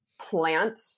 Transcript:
plant